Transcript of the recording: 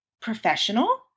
professional